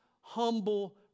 humble